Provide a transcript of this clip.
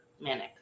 manic